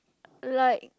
like